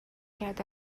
کرد